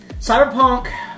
cyberpunk